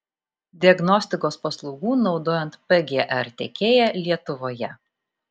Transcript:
diagnostikos paslaugų naudojant pgr tiekėja lietuvoje